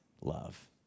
love